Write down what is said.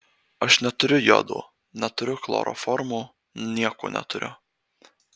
aš neturiu jodo neturiu chloroformo nieko neturiu